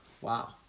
Wow